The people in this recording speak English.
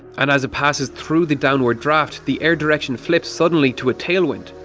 and as it passes through the downward draft the air direction flips suddenly to a tailwind,